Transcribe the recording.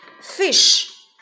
fish